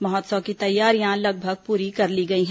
महोत्सव की तैयारियां लगभग पूरी कर ली गई हैं